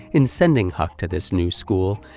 in sending huck to this new school,